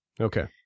Okay